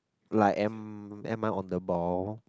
like am am I on the ball